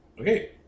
Okay